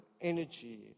energy